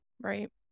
right